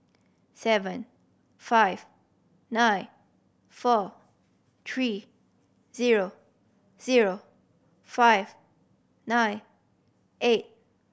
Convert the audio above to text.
seven five nine four three zero zero five nine eight